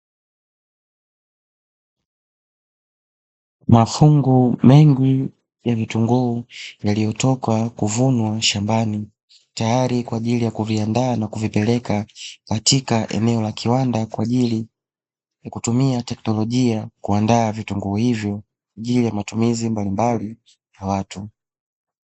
Mafungu mengi ya vitunguu, yaliyotoka kuvunwa shambani, tayari kwa ajili ya kuviandaa na kuvipeleka katika eneo la kiwanda, kwa ajili ya kutumia teknolojia kuandaa vitunguu hivyo, juu ya matumizi mbalimbali ya watu.